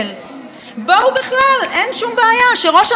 בכלל אין שום בעיה שראש הממשלה ימנה את החוקר,